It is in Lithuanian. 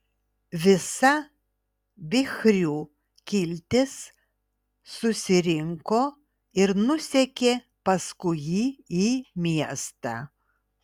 visa bichrių kiltis susirinko ir nusekė paskui jį į miestą